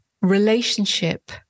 Relationship